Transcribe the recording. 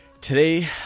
today